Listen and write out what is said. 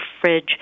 fridge